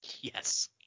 Yes